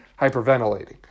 hyperventilating